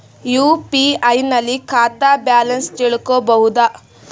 UPI ನಲ್ಲಿ ಖಾತಾ balance ತಿಳಕೊ ಬಹುದಾ?